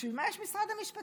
בשביל מה יש משרד המשפטים?